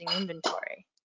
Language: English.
inventory